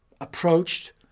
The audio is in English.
approached